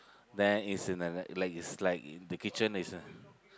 then it's in a like is like in the kitchen is a